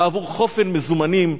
בעבור חופן מזומנים,